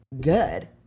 good